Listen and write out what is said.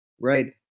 Right